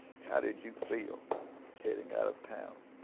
how did you feel heading out of town